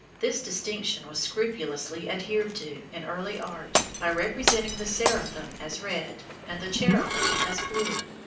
this distinction was scrupulously adhered to in early art by representing the seraphim as red, and the cherubim as blue.